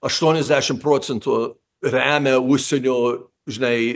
aštuoniasdešim procentų remia užsienio žinai